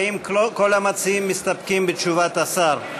האם כל המציעים מסתפקים בתשובת השר?